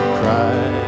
cry